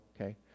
Okay